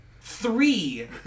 three